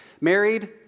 Married